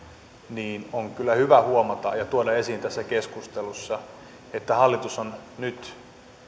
niin on kyllä hyvä huomata ja tuoda esiin tässä keskustelussa että hallitus on nyt